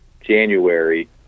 January